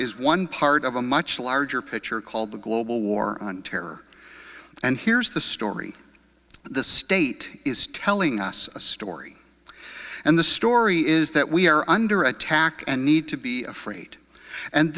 is one part of a much larger picture called the global war on terror and here's the story the state is telling us a story and the story is that we are under attack and need to be afraid and